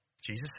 Jesus